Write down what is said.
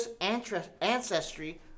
ancestry